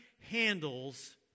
handles